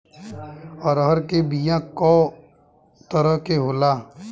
अरहर के बिया कौ तरह के होला?